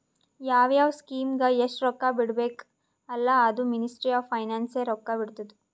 ಯಾವ್ ಯಾವ್ ಸ್ಕೀಮ್ಗ ಎಸ್ಟ್ ರೊಕ್ಕಾ ಬಿಡ್ಬೇಕ ಅಲ್ಲಾ ಅದೂ ಮಿನಿಸ್ಟ್ರಿ ಆಫ್ ಫೈನಾನ್ಸ್ ಎ ರೊಕ್ಕಾ ಬಿಡ್ತುದ್